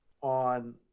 on